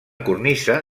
cornisa